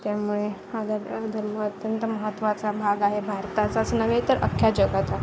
त्यामुळे हा द धर्म अत्यंत महत्त्वाचा भाग आहे भारताचाच नव्हे तर अख्ख्या जगाचा